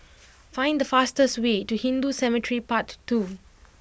find the fastest way to Hindu Cemetery Path Two